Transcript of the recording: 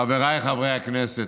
חבריי חברי הכנסת.